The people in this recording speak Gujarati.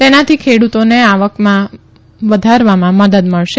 તેનાથી ખેડતોની આવક વધારવામાં મદદ મળશે